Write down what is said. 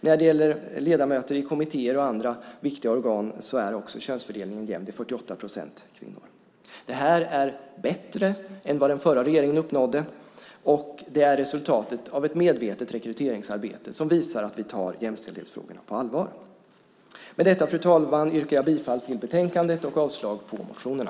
När det gäller ledamöter i kommittéer och andra viktiga organ är också könsfördelningen jämn. Det är 48 procent kvinnor. Det här är bättre än vad den förra regeringen uppnådde, och det är resultatet av ett medvetet rekryteringsarbete som visar att vi tar jämställdhetsfrågorna på allvar. Med detta, fru talman, yrkar jag bifall till förslaget i betänkandet och avslag på motionerna.